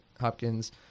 Hopkins